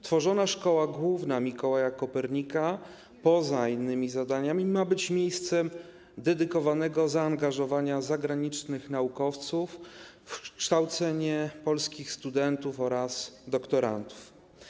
Tworzona Szkoła Główna Mikołaja Kopernika, poza innymi zadaniami, ma być miejscem dedykowanego zaangażowania zagranicznych naukowców w kształcenie polskich studentów oraz doktorantów.